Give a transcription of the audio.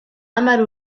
hamar